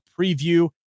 preview